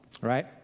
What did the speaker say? right